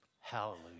Hallelujah